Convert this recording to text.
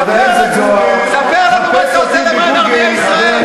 חבר הכנסת זוהר, אני קורא אותך לסדר פעם שנייה.